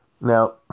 Now